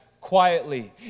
quietly